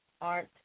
art